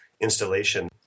installation